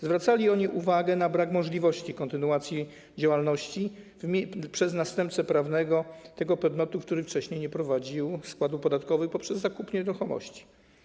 Zwracali oni uwagę na brak możliwości kontynuacji działalności przez następcę prawnego podmiotu, który wcześniej nie prowadził składów podatkowych poprzez zakup nieruchomości.